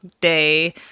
Day